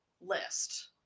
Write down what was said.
List